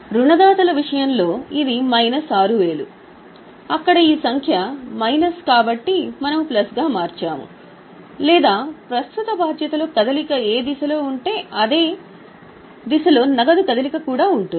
రుణదాత ల విషయం లో ఇది మైనస్ 6 అక్కడ ఈ సంఖ్య మైనస్ కాబట్టి మేము ప్లస్ గా మార్చాము లేదా ప్రస్తుత బాధ్యతలో కదలిక ఏ దిశ లో ఉంటే నగదు కదలిక కూడా అది ఏ దిశలో ఉంటుంది